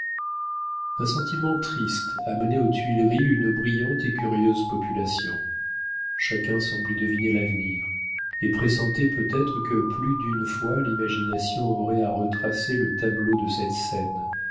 un sentiment triste amenait aux tuileries une brillante et curieuse population chacun semblait deviner l'avenir et pressentait peut-être que plus d'une fois l'imagination aurait à retracer le tableau de cette scène